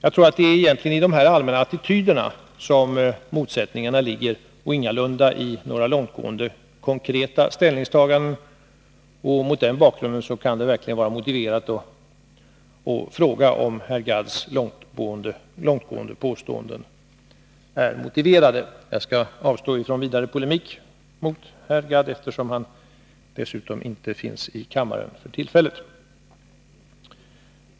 Jagtror att motsättningarna egentligen ligger i de allmänna attityderna och ingalunda i några långtgående konkreta ställningstaganden. Mot den bakgrunden kan det verkligen vara motiverat att fråga, om herr Gadds långtgående påståenden är väl grundade. Jag skall emellertid avstå från vidare polemik mot herr Gadd. F. ö. befinner han sig inte i kammaren för tillfället.